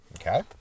Okay